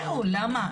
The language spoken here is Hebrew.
זהו, למה?